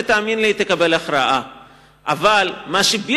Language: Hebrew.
ותאמין לי, היא תקבל הכרעה.